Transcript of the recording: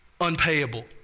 Unpayable